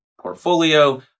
portfolio